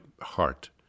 heart